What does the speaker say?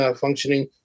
functioning